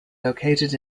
located